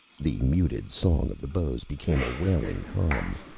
the muted song of the bows became a wailing hum.